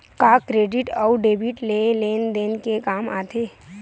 का क्रेडिट अउ डेबिट लेन देन के काम आथे?